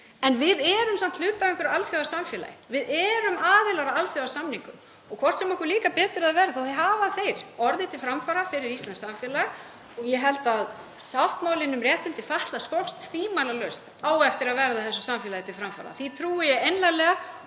Við erum samt hluti af einhverju alþjóðasamfélagi, erum aðilar að alþjóðasamningum og hvort sem okkur líkar betur eða verr hafa þeir orðið til framfara fyrir íslenskt samfélag. Ég held að sáttmálinn um réttindi fatlaðs fólks eigi tvímælalaust eftir að verða þessu samfélagi til framfara,